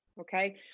Okay